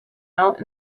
out